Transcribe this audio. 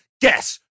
Guess